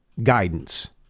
guidance